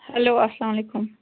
hello اَسَلام علیکُم